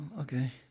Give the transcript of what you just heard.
okay